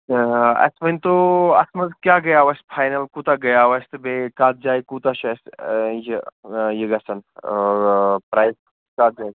آ اَسہِ ؤنۍ تو اَتھ منٛز کیٛاہ گٔیو اَسہِ فاینَل کوٗتاہ گٔیاو اَسہِ تہٕ بیٚیہِ کَتھ جایہِ کوٗتاہ چھُ اَسہِ یہِ یہِ گژھان آ پرٛایز